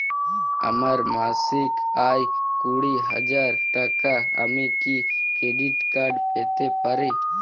আমার মাসিক আয় কুড়ি হাজার টাকা আমি কি ক্রেডিট কার্ড পেতে পারি?